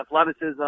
athleticism